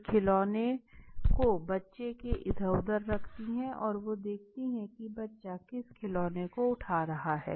वे खिलौनों को बच्चे के इधर उधर रखती हैं और यह देखती हैं की बच्चा किस खिलोने को उठा रहा है